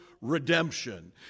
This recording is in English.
redemption